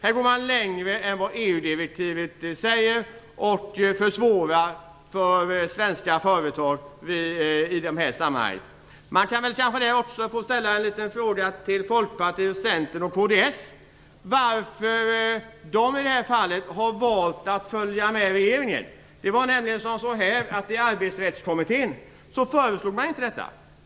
Här går förslaget längre än vad EU-direktivet säger och försvårar för svenska företag. Låt mig i det sammanhanget ställa en liten fråga till Folkpartiet, Centern och kds. Varför har ni valt att följa med regeringen i det här fallet? I Arbetsrättskommittén föreslogs inte detta.